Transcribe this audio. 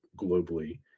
globally